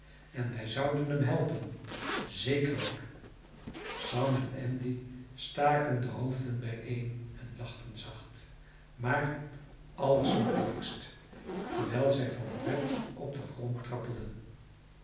helpen en wij zouden hem helpen zekerlijk sam en andy staken de hoofden bijeen en lachten zacht maar allersmakelijkst terwijl zij van pret op den grond trappelden